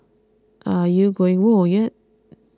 are you going whoa yet